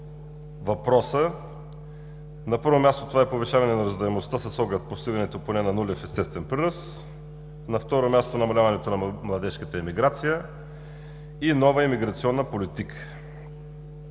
въпроса. На първо място, това е повишаване на раждаемостта, с оглед постигането поне на нулев естествен прираст. На второ място, намаляването на младежката емиграция и нова емиграционна политика.